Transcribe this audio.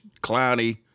cloudy